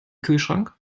kühlschrank